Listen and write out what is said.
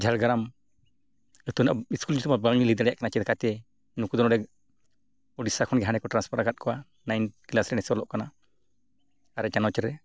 ᱡᱷᱟᱲᱜᱨᱟᱢ ᱤᱛᱩᱱ ᱨᱮᱱᱟᱜ ᱵᱟᱹᱞᱤᱧ ᱞᱟᱹᱭ ᱫᱟᱲᱮᱭᱟᱜ ᱠᱟᱱᱟ ᱪᱮᱠᱟᱛᱮ ᱱᱩᱠᱩ ᱫᱚ ᱚᱸᱰᱮ ᱩᱲᱤᱥᱥᱟ ᱠᱷᱚᱱ ᱜᱮ ᱦᱟᱸᱰᱮ ᱠᱚ ᱟᱠᱟᱫ ᱠᱚᱣᱟ ᱨᱮ ᱚᱸᱰᱮᱭ ᱚᱞᱚᱜ ᱠᱟᱱᱟ ᱟᱨᱮ ᱪᱟᱱᱟᱪ ᱨᱮ